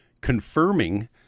confirming